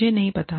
मुझे नहीं पता